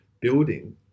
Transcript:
building